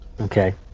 Okay